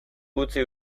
utzi